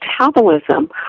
metabolism